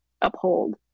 uphold